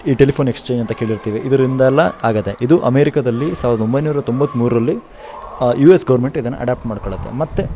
ಈ telephone exchange ಅಂತ ಕೇಳಿರ್ತೀವಿ ಇದರಿಂದೆಲ್ಲ ಆಗುತ್ತೆ ಇದು ಅಮೇರಿಕದಲ್ಲಿ ಸಾವ್ರ್ದ ಒಂಬೈನೂರ ತೊಂಬತ್ತ ಮೂರರಲ್ಲಿ ಯು ಎಸ್ ಗೌರ್ಮೆಂಟ್ ಇದನ್ನು ಅಡಾಪ್ಟ್ ಮಾಡ್ಕೊಳ್ಳುತ್ತೆ ಮತ್ತು